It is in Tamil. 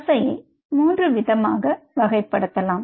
தசையை 3 விதமாக வகைப்படுத்தலாம்